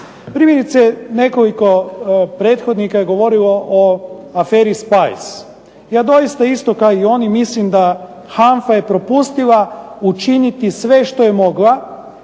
Primjerice nekoliko prethodnika je govorilo o aferi Spice. Ja doista isto kao i oni mislim da HANFA je propustila učiniti sve što je mogla,